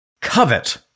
covet